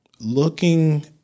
Looking